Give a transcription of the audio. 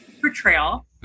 portrayal